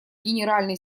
генеральный